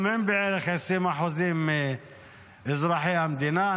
גם הם בערך 20% מאזרחי המדינה.